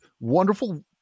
wonderful